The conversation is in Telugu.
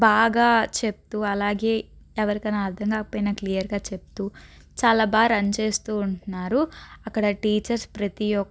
బాగా చెప్తూ అలాగే ఎవరికైనా అర్థం కాకపోయినా క్లియర్గా చెప్తూ చాలా బాగా రన్ చేస్తూ ఉంటున్నారు అక్కడ టీచర్స్ ప్రతి